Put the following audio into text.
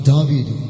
David